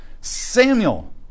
Samuel